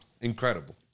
incredible